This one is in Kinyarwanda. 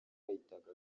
bahitaga